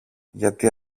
γιατί